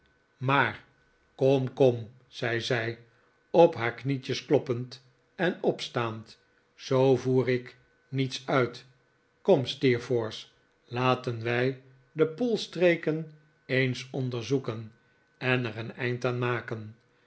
maar kom kom zei zij op haar knietjes kloppend en opstaand zoo voer ik niets uit kom steerforth laten wij de poolstreken eens onderzoeken en er een eind aan maken